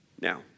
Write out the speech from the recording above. Now